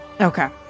Okay